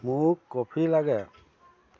মোক কফি লাগে